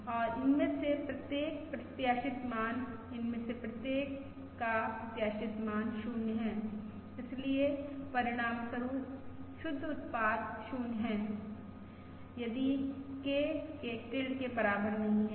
और इनमें से प्रत्येक प्रत्याशित मान इनमें से प्रत्येक का प्रत्याशित मान 0 है इसलिए परिणामस्वरूप शुद्ध उत्पाद 0 है यदि K K टिल्ड के बराबर नही है